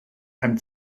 einem